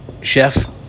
Chef